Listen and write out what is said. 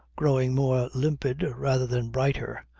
growing more limpid rather than brighter,